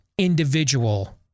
individual